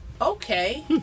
Okay